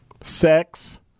sex